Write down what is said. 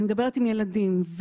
אני מדברת עם ילדים,